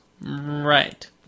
Right